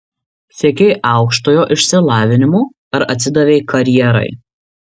siekei aukštojo išsilavinimo ar atsidavei karjerai